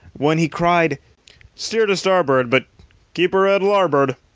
when he cried steer to starboard, but keep her head larboard!